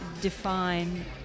define